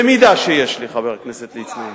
במידה שיש לי, חבר הכנסת ליצמן.